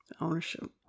Ownership